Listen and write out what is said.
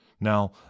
Now